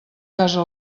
casa